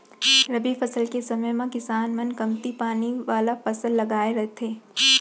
रबी फसल के समे म किसान मन कमती पानी वाला फसल लगाए रथें